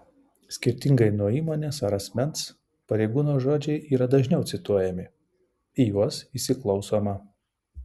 skirtingai nuo įmonės ar asmens pareigūno žodžiai yra dažniau cituojami į juos įsiklausoma